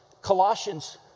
Colossians